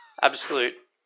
absolute